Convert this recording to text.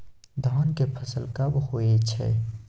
धान के फसल कब होय छै?